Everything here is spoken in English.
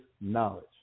knowledge